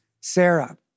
Sarah